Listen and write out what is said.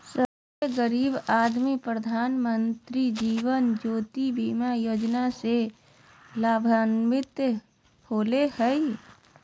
सभे गरीब आदमी प्रधानमंत्री जीवन ज्योति बीमा योजना से लाभान्वित होले हें